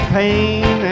pain